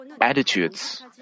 attitudes